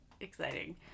Exciting